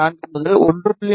4 முதல் 1